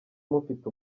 mufite